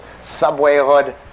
subwayhood